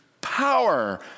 power